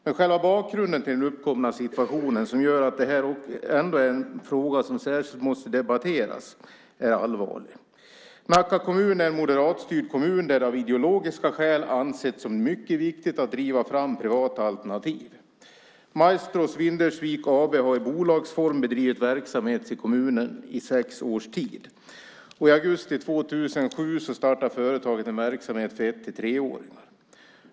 Men själva bakgrunden till den uppkomna situationen, som gör att det här är en fråga som särskilt måste debatteras, är allvarlig. Nacka kommun är en moderatstyrd kommun där det av ideologiska skäl ansetts som mycket viktigt att driva fram privata alternativ. Maestro Svindersvik AB har i bolagsform bedrivit verksamhet i kommunen i sex års tid, och i augusti 2007 startade företaget en verksamhet för ett till treåringar.